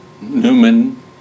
Newman